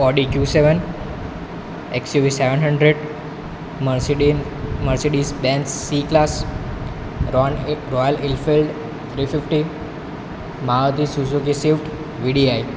Audi Q seven XUV seven hundred Mercedes Benz C class Royal Enfield three fifty Maruti Suzuki Swift VDI